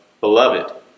beloved